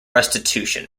restitution